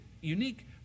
unique